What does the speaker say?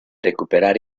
recuperare